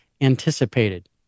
anticipated